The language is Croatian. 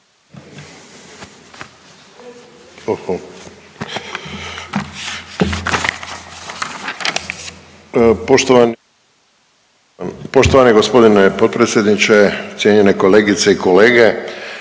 Poštovani gospodine državni tajniče, kolegice i kolege,